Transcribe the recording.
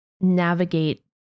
navigate